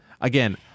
Again